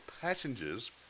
passengers